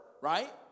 right